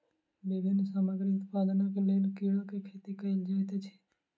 विभिन्न सामग्री उत्पादनक लेल कीड़ा के खेती कयल जाइत अछि